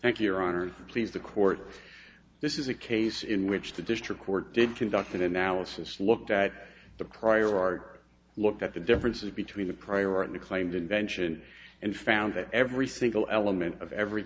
thank you for honour's please the court this is a case in which the district court did conduct an analysis looked at the prior art looked at the differences between the priority claimed invention and found that every single element of every